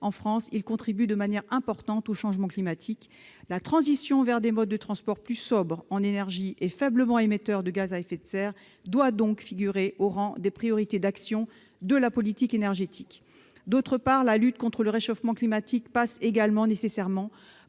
en France, contribuent de manière importante aux changements climatiques. La transition vers des modes de transport plus sobres en énergie et faiblement émetteurs de gaz à effet de serre doit être prioritaire. D'autre part, la lutte contre le réchauffement climatique passe également nécessairement